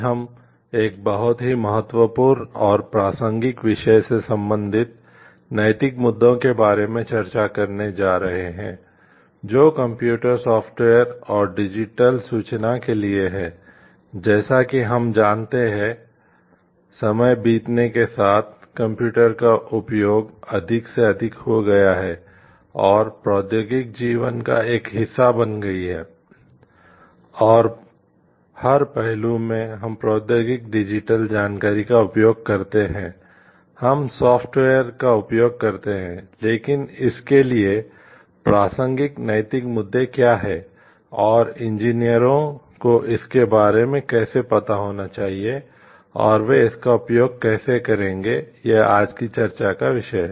आज हम एक बहुत ही महत्वपूर्ण और प्रासंगिक विषय से संबंधित नैतिक मुद्दों के बारे में चर्चा करने जा रहे हैं जो कंप्यूटर सॉफ्टवेयर को इसके बारे में कैसे पता होना चाहिए और वे इसका उपयोग कैसे करेंगे यह आज की चर्चा का विषय है